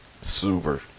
super